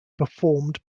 performed